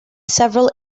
several